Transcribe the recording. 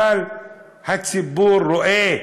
אבל הציבור רואה,